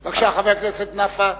בבקשה, חבר הכנסת נפאע.